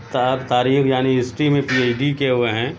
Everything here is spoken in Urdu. تا تاریخ یعنی ہسٹری میں پی ایچ ڈی کیے ہوئے ہیں